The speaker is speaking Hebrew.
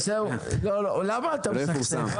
למה אתה מסכסך?